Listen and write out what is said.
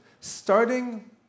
starting